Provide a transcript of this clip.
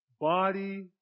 body